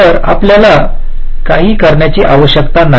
तर आपल्याला काही करण्याची आवश्यकता नाही